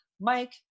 mike